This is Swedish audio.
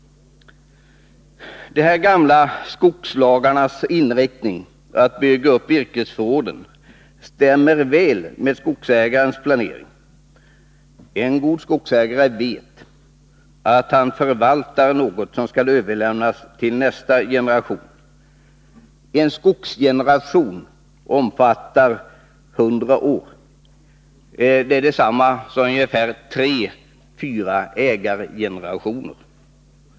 De gamla skogslagarnas inriktning på att bygga upp virkesförrådet stämmer väl med skogsägarnas planering. En god skogsägare vet att han förvaltar något som skall överlämnas till nästa generation. En skogsgeneration omfattar 100 år. Det är detsamma som ungefär 34 ägargenerationer.